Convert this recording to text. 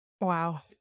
Wow